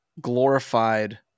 glorified